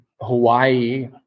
Hawaii